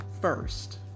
first